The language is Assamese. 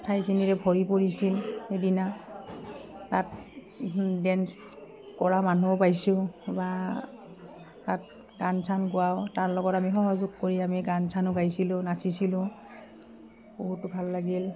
ঠাইখিনিৰে ভৰি পৰিছিল সিদিনা তাত ডেন্স কৰা মানুহো পাইছোঁ বা তাত গান চান গোৱাওঁ তাৰ লগত আমি সহযোগ কৰি আমি গান চানো গাইছিলোঁ নাচিছিলোঁ বহুতো ভাল লাগিল